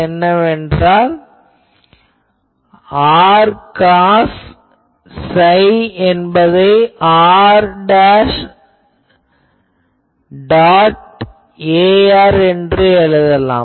நான் r cos psi என்பதை r dot ar என்று எழுதலாம்